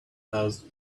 house